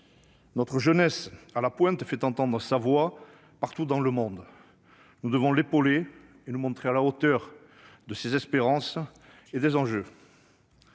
Notre jeunesse, à la pointe, fait entendre sa voix partout dans le monde. Nous devons l'épauler et nous montrer à la hauteur de ses espérances et des enjeux.